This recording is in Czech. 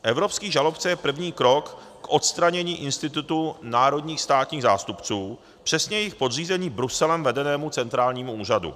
Evropský žalobce je první krok k odstranění institutu národních státních zástupců, přesně jejich podřízení Bruselem vedeném centrálnímu úřadu.